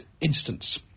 instance